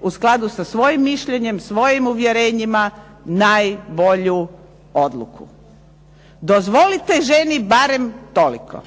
u skladu sa svojim mišljenjem, svojim uvjerenjima najbolju odluku. Dozvolite ženi barem toliko.